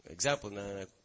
example